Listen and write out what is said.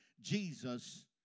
Jesus